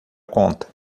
conta